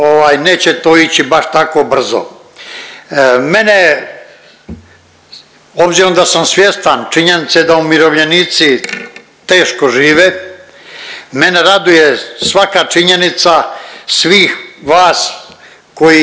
neće to ići baš tako brzo. Mene, obzirom da sam svjestan činjenice da umirovljenici teško žive, mene raduje svaka činjenica svih vas koji